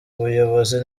buyobozi